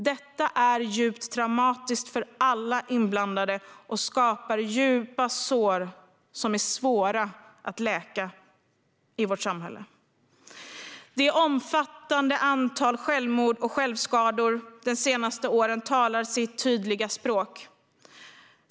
Detta är djupt traumatiskt för alla inblandade och skapar djupa sår som är svåra att läka i vårt samhälle. Det omfattande antalet självmord och självskador de senaste åren talar sitt tydliga språk.